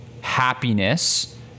happiness